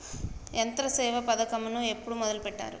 యంత్రసేవ పథకమును ఎప్పుడు మొదలెట్టారు?